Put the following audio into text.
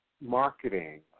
marketing